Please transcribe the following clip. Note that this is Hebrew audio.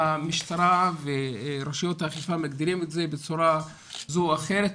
המשטרה ורשויות האכיפה מגדירים את זה בצורה כזו או אחרת,